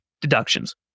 deductions